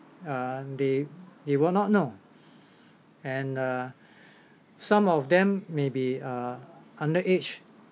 uh they they will not know and uh some of them may be uh under aged